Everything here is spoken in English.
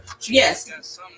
Yes